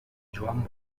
joan